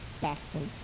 backwards